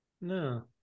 no